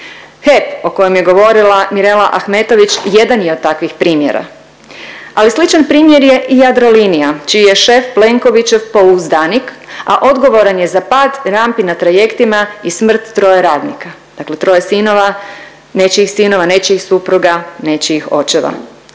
HEP o kojem je govorila Mirela Ahmetović jedan je od takvih primjera, ali sličan primjer je i Jadrolinija čiji je šef Plenkovićev pouzdanik a odgovoran je za pad rampi na trajektima i smrt troje radnika, dakle troje sinova nečijih sinova, nečijih supruga, nečijih očeva.